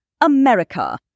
America